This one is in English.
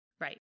Right